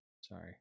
Sorry